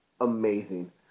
amazing